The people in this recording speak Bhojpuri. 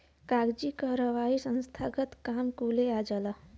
कागजी कारवाही संस्थानगत काम कुले आ जाला